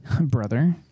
Brother